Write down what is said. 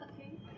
Okay